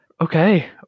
Okay